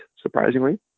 surprisingly